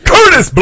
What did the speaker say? Curtis